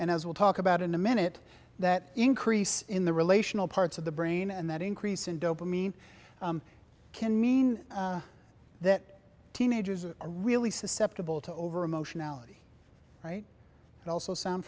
and as we talk about in a minute that increase in the relational parts of the brain and that increase in dopamine can mean that teenagers are really susceptible to over emotionality right and also sound